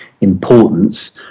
importance